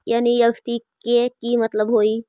NEFT के कि मतलब होइ?